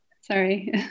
Sorry